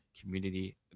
Community